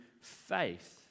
faith